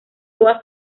toda